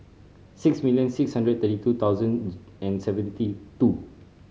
six million six hundred thirty two thousand and seventy two